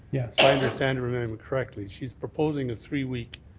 yeah so understand her amendment correctly, she's proposing a three-week,